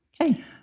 Okay